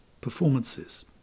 performances